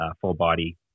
full-body